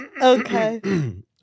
okay